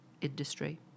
industry